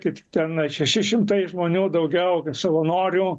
kaip ten ar šeši šimtai žmonių daugiau savanorių